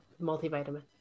multivitamin